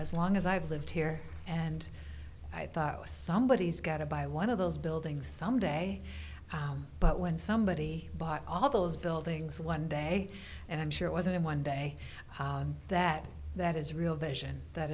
as long as i've lived here and i thought i was somebodies gotta buy one of those buildings someday but when somebody bought all those buildings one day and i'm sure it wasn't in one day that that is real vision that